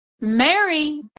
Mary